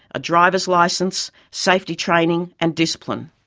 a drivers license, safety training, and discipline.